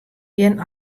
gjin